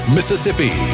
Mississippi